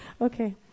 Okay